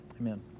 Amen